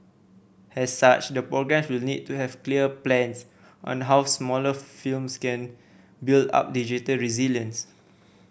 as such the programme will need to have clear plans on how smaller firms can build up digital resilience